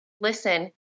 listen